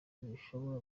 bishobora